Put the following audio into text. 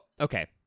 Okay